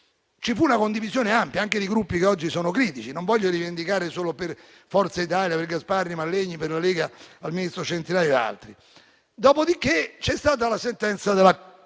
Ci fu una condivisione ampia, anche da parte di Gruppi che oggi sono critici, non voglio rivendicare solo per Forza Italia con Gasparri e Mallegni o per la Lega con il ministro Centinaio e altri. Dopodiché, c'è stata la sentenza del